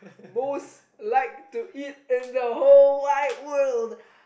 most like to eat in the whole wide world